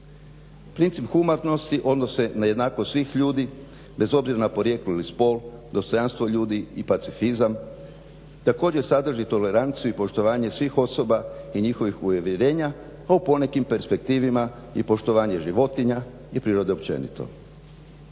Princip humanosti, odnosi na jednakost svih ljudi bez obzira na porijeklo ili spol, dostojanstvo ljudi i pacifizam, također sadrži toleranciju i poštovanje svih osoba i njihovih uvjerenja, a u ponekim perspektivima i poštovanje životinja i prirode općenito.